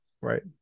Right